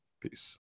Peace